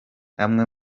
amwe